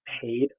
paid